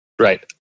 Right